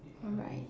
alright